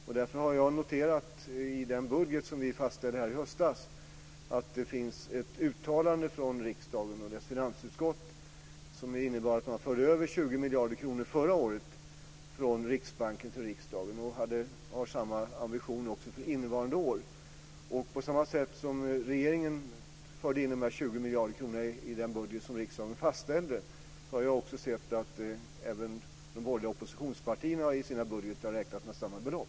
Jag har noterat att det i den budget som vi fastställde i höstas fanns ett uttalande från riksdagen och dess finansutskott som innebar att man förde över 20 miljarder kronor förra året från Riksbanken till riksdagen, och man har samma ambition för innevarande år. På samma sätt som regeringen förde in de 20 miljarder kronorna i den budget som riksdagen fastställde, har även de borgerliga oppositionspartierna i sina budgetar räknat med samma belopp.